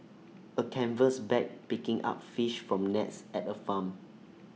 A canvas bag picking up fish from nets at A farm